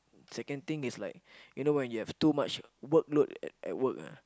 second thing is like you know when you have too much workload at at work ah